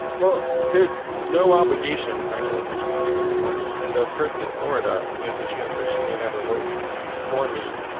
well, there's no obligation for anyone who's receiving the money, and the person in florida, and there's a chance that she may never vote for me.